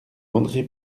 andré